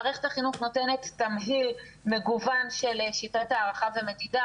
מערכת החינוך נותנת תמהיל מגוון של שיטת הערכה ומדידה,